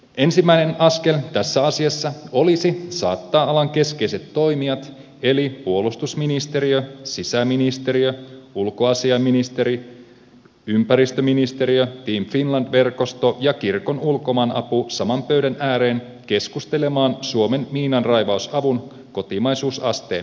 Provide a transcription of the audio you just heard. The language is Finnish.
ensimmäinen askel tässä asiassa olisi saattaa alan keskeiset toimijat eli puolustusministeriö sisäministeriö ulkoasiainministeri ympäristöministeriö team finland verkosto ja kirkon ulkomaanapu saman pöydän ääreen keskustelemaan suomen miinanraivausavun kotimaisuusasteen nostamisesta